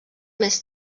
més